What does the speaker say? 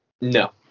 No